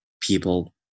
people